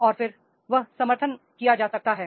और फिर वह समर्थन किया जा सकता है